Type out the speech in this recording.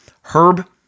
Herb